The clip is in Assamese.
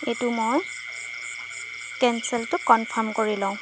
এইটো মই কেনচেলটো কনফাৰ্ম কৰি লওঁ